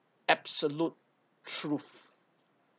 absolute truth